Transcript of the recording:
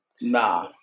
nah